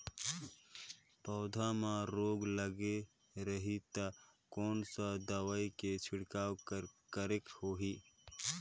पौध मां रोग लगे रही ता कोन सा दवाई के छिड़काव करेके होही?